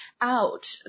out